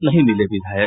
नहीं मिले विधायक